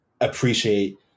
appreciate